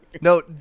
No